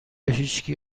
هیچکی